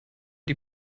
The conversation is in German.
die